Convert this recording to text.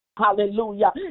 hallelujah